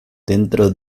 dentro